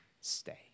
stay